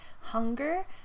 hunger